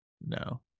No